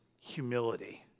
humility